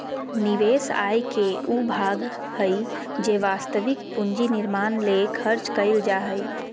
निवेश आय के उ भाग हइ जे वास्तविक पूंजी निर्माण ले खर्च कइल जा हइ